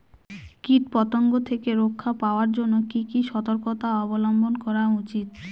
কীটপতঙ্গ থেকে রক্ষা পাওয়ার জন্য কি কি সর্তকতা অবলম্বন করা উচিৎ?